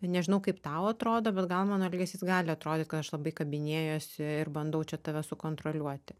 nežinau kaip tau atrodo bet gal mano elgesys gali atrodyt kad aš labai kabinėjuosi ir bandau čia tave sukontroliuoti